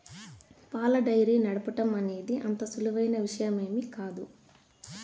పాల డెయిరీ నడపటం అనేది అంత సులువైన విషయమేమీ కాదు